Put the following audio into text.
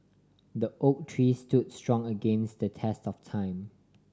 the oak tree stood strong against the test of time